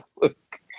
look